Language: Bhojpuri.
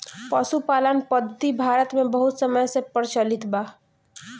पशुपालन पद्धति भारत मे बहुत समय से प्रचलित बा